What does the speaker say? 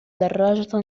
دراجة